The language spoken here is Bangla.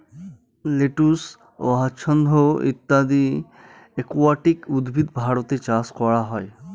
লেটুস, হ্যাছান্থ ইত্যাদি একুয়াটিক উদ্ভিদ ভারতে চাষ করা হয়